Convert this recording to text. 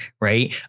Right